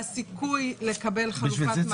בסיכוי לקבל חלופת מעצר.